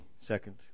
second